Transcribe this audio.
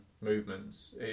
movements